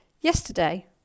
Yesterday